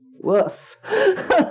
woof